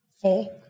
four